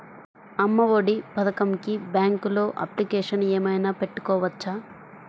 అమ్మ ఒడి పథకంకి బ్యాంకులో అప్లికేషన్ ఏమైనా పెట్టుకోవచ్చా?